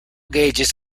gauges